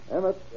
Emmett